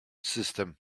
system